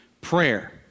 prayer